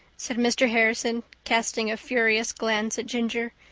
said mr. harrison, casting a furious glance at ginger.